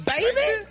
Baby